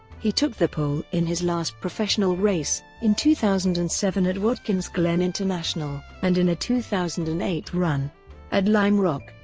he took the pole in his last professional race, race, in two thousand and seven at watkins glen international, and in a two thousand and eight run at lime rock,